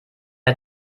der